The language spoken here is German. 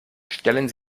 stellen